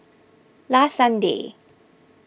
last Sunday